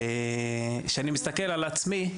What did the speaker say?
וכשאני מסתכל על עצמי,